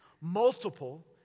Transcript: multiple